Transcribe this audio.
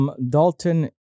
Dalton